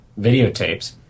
videotapes